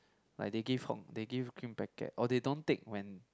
like they give hon~ green packet or they don't take when